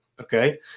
okay